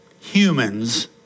humans